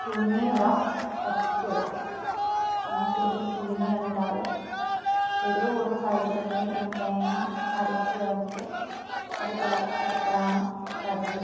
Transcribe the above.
പുഴുങ്ങിയും ഇടാം പച്ചയ്ക്കും ഇടാം ഞാൻ കൂടുതലും പുഴുങ്ങിയാണ് ഇടാറ് എരുവു കൂടുന്ന സാഹചര്യങ്ങളിൽ ഞാൻ തേങ്ങ അരച്ചു ചേർത്ത് കറി തിളപ്പിച്ചെടുക്കലാണ് പതിവ്